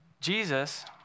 Jesus